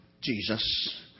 Jesus